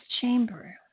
chamber